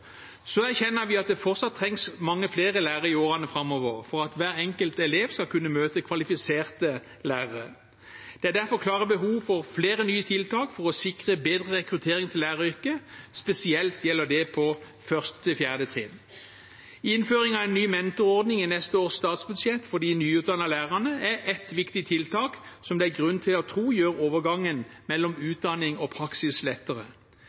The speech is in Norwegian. Så erkjenner vi at det fortsatt trengs mange flere lærere i årene framover for at hver enkelt elev skal kunne møte kvalifiserte lærere. Det er derfor klare behov for flere nye tiltak for å sikre bedre rekruttering til læreryrket, spesielt gjelder det for 1. til 4. trinn. Innføring av en ny mentorordning i neste års statsbudsjett for de nyutdannede lærerne er et viktig tiltak som det er grunn til å tro gjør overgangen mellom utdanning og praksis lettere.